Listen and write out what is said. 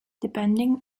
depending